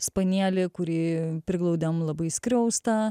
spanielį kurį priglaudėm labai skriaustą